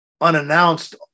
unannounced